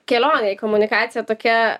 kelionė į komunikaciją tokia